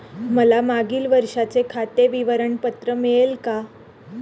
मला मागील वर्षाचे खाते विवरण पत्र मिळेल का?